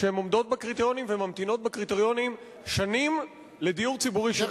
שהן עומדות בקריטריונים וממתינות בקריטריונים שנים לדיור ציבורי.